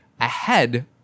ahead